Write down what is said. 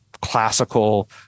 classical